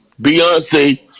Beyonce